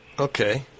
Okay